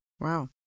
Wow